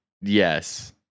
yes